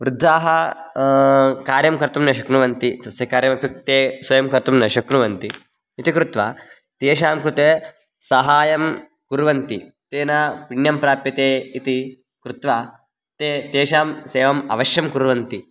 वृद्धाः कार्यं कर्तुं न शक्नुवन्ति स्वस्य कार्यमपि ते स्वयं कर्तुं न शक्नुवन्ति इति कृत्वा तेषां कृते सहायं कुर्वन्ति तेन पण्यं प्राप्यते इति कृत्वा ते तेषां सेवाम् अवश्यं कुर्वन्ति